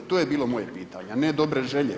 To je bilo moje pitanje, a ne dobre želje.